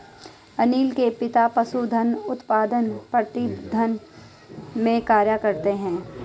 अनील के पिता पशुधन उत्पादन प्रबंधन में कार्य करते है